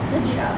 legit ah